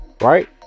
Right